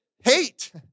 hate